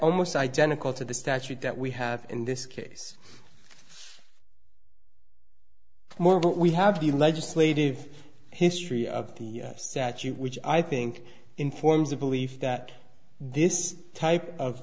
almost identical to the statute that we have in this case more but we have the legislative history of the statute which i think informs a belief that this type of